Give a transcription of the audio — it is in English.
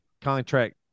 contract